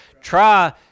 try